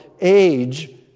age